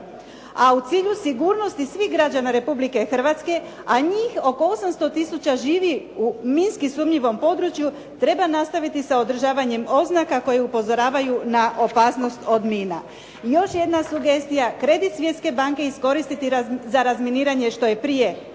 A u cilju sigurnosti svih građana Republike Hrvatske a njih oko 800 tisuća živi u minski sumnjivom području, treba nastaviti sa održavanjem oznaka koje upozoravaju na opasnost od mina. Još jedna sugestija, kredit Svjetske banke iskoristiti za razminiranje što je prije